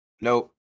Nope